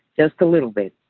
just a little bit.